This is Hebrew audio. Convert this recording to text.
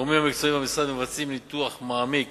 הגורמים המקצועיים במשרד מבצעים ניתוח מעמיק